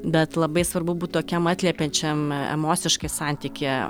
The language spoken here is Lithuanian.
bet labai svarbu būt tokiam atliepiančiam emociškai santykyje